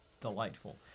delightful